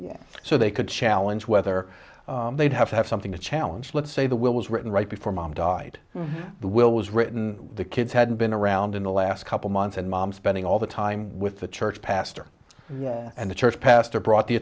so they could challenge whether they'd have to have something to challenge let's say the will was written right before mom died the will was written the kids hadn't been around in the last couple months and mom spending all the time with the church pastor and the church pastor brought the